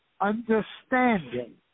understanding